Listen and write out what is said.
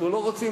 אנחנו לא רוצים,